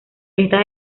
estas